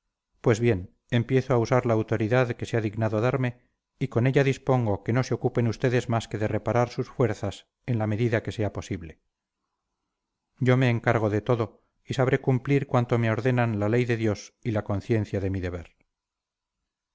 pues bien empiezo a usar la autoridad que se ha dignado darme y con ella dispongo que no se ocupen ustedes más que de reparar sus fuerzas en la medida que sea posible yo me encargo de todo y sabré cumplir cuanto me ordenan la ley de dios y la conciencia de mi deber